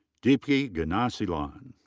deepti gnanaseelan.